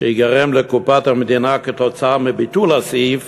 שייגרם לקופת המדינה כתוצאה מביטול הסעיף